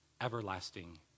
everlasting